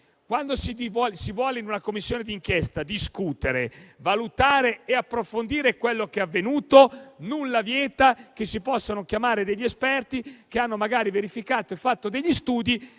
quando si vuole, in una Commissione di inchiesta, discutere, valutare e approfondire quello che è avvenuto, nulla vieta che si possano chiamare degli esperti, che hanno magari verificato e fatto degli studi